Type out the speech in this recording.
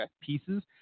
pieces